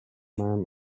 man